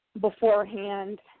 beforehand